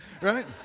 right